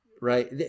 right